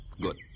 Good